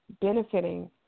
benefiting